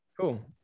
Cool